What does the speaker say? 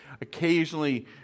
occasionally